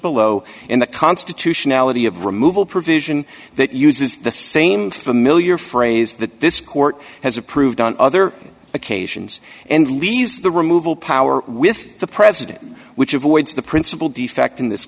below in the constitutionality of removal provision that uses the same familiar phrase that this court has approved on other occasions and leaves the removal power with the president which avoids the principal defect in this